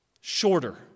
shorter